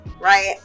right